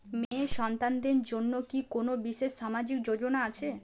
মেয়ে সন্তানদের জন্য কি কোন বিশেষ সামাজিক যোজনা আছে?